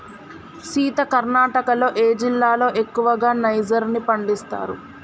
సీత కర్ణాటకలో ఏ జిల్లాలో ఎక్కువగా నైజర్ ని పండిస్తారు